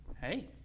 hey